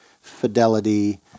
fidelity